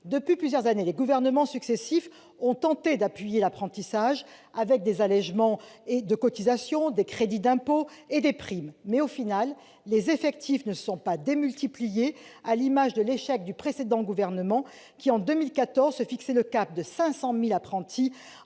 Depuis plusieurs années, les gouvernements successifs ont tenté d'appuyer l'apprentissage avec des allégements de cotisations, des crédits d'impôt et des primes, mais, en définitive, les effectifs n'ont pas été multipliés. Pensons par exemple à l'échec du précédent gouvernement qui, en 2014, se fixait l'objectif de 500 000 apprentis